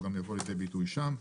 הוא גם יבוא לידי ביטוי שם.